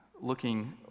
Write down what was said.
looking